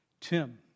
Tim